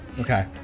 Okay